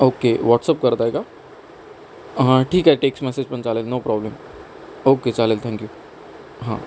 okay WhatsApp करता आहे का हां ठीक आहे टेक्स्ट मॅसेज पण चालेल नो प्रॉब्लेम ओके चालेल थँक्यू हां